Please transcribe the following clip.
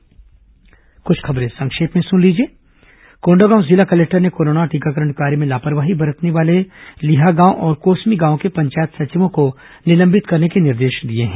संक्षिप्त समाचार अब कुछ अन्य खबरें संक्षिप्त में कोंडागांव जिला कलेक्टर ने कोरोना टीकाकरण कार्य में लापरवाही बरतने वाले लिहागांव और कोसमी गांव के पंचायत सचिवों को निलंबित करने के निर्देश दिए हैं